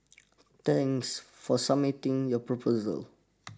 thanks for submitting your proposal